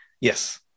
Yes